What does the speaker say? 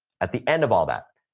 at the end of all that,